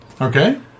Okay